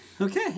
Okay